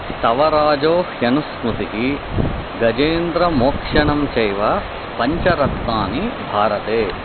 स्तवराजो ह्यनुस्मृतिः गजेन्द्रमोक्षणं चैव पञ्चरत्नानि भारते